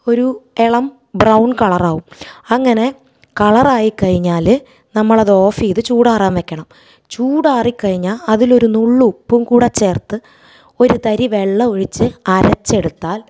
ഒരു ഇളം ബ്രൗൺ കളറാകും അങ്ങനെ കളറായി കഴിഞ്ഞാൽ നമ്മളതോഫ് ചെയ്ത് ചൂടാറാൻ വെക്കണം ചൂടാറി കഴിഞ്ഞാൽ അതിലൊരു നുള്ളുപ്പുങ്കൂടെ ചേർത്ത് ഒരു തരി വെള്ളവൊഴിച്ച് അരച്ചെടുത്താൽ